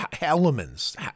elements